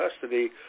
custody